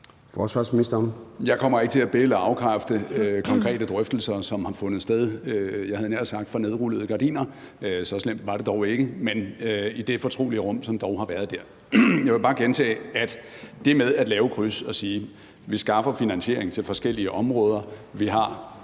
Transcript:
kommer ikke til at be- eller afkræfte konkrete drøftelser, som har fundet sted, jeg havde nær sagt for nedrullede gardiner – så slemt var det dog ikke – men i det fortrolige rum, som det dog har været. Jeg vil bare gentage i forhold til det med at sige, at vi skaffer finansiering til forskellige områder – hvor